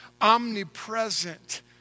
omnipresent